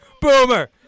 Boomer